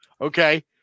Okay